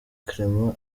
clement